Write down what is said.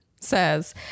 says